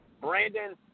Brandon